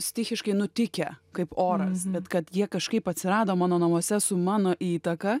stichiškai nutikę kaip oras bet kad jie kažkaip atsirado mano namuose su mano įtaka